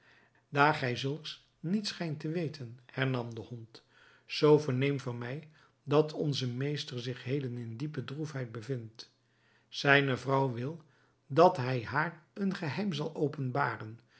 daar gij zulks niet schijnt te weten hernam de hond zoo verneem van mij dat onze meester zich heden in diepe droefheid bevindt zijne vrouw wil dat hij haar een geheim zal openbaren